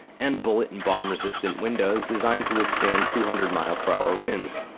and bullet and bomb resistant windows designed to withstand two hundred mph winds.